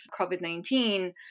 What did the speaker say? COVID-19